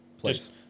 Please